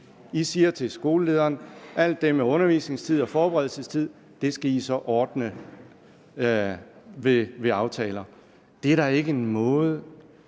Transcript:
siger til skolelederen: Alt det med undervisningstid og forberedelsestid skal I ordne ved aftaler. Det er da ikke en måde